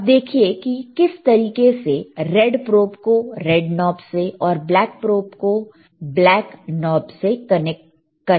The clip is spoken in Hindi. अब देखिए कि वह किस तरीके से रेड प्रोब को रेड नॉब से और ब्लैक प्रोबblack probe को ब्लैक नॉब से कनेक्ट करते हैं